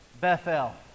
Bethel